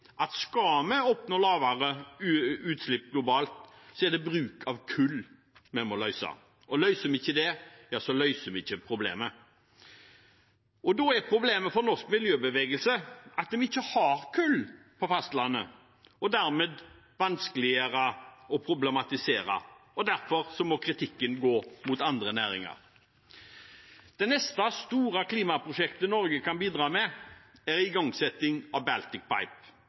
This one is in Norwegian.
at skal vi oppnå lavere utslipp globalt, er det utfordringen med bruk av kull vi må løse. Løser vi ikke det, løser vi ikke problemet. Problemet for norsk miljøbevegelse er at vi ikke har kull på fastlandet, og dermed er det vanskeligere å problematisere. Derfor må kritikken rettes mot andre næringer. Det neste store klimaprosjektet Norge kan bidra med, er igangsettingen av Baltic